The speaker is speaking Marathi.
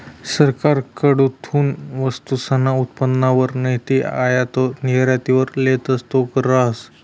सरकारकडथून वस्तूसना उत्पादनवर नैते आयात निर्यातवर लेतस तो कर रहास